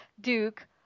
Duke